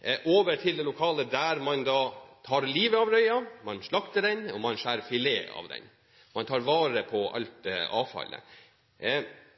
for å få røya over til det lokalet der man tar livet av den, der man slakter den og skjærer filet av den. Man tar vare på alt avfallet. Det